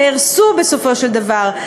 נהרסו בסופו של דבר,